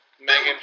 Megan